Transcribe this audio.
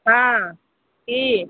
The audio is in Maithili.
हँ की